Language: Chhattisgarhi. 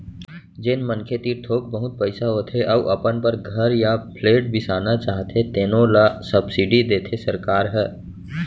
जेन मनखे तीर थोक बहुत पइसा होथे अउ अपन बर घर य फ्लेट बिसाना चाहथे तेनो ल सब्सिडी देथे सरकार ह